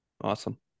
awesome